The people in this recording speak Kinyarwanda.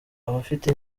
abafite